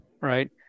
right